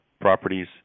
properties